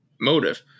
motive